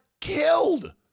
killed